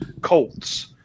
Colts